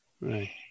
Right